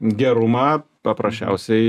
gerumą paprasčiausiai